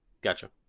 Gotcha